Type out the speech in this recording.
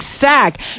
sack